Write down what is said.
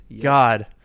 God